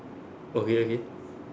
okay okay